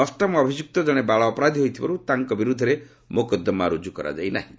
ଅଷ୍ଟମ ଅଭିଯୁକ୍ତ କଣେ ବାଳ ଅପରାଧୀ ହୋଇଥିବାରୁ ତାଙ୍କ ବିରୁଦ୍ଧରେ ମୋକଦ୍ଧମା ରୁଜୁ କରାଯାଇ ନାହିଁ